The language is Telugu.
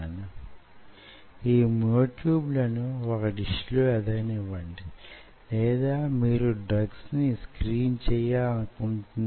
అది ఆ విధంగా క్రిందకు వచ్చి నేల మీద తన కున్న మొట్టమొదటి స్థితికి చేరుకుంటుంది